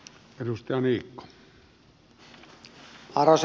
arvoisa puhemies